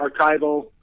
archival